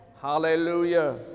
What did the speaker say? Hallelujah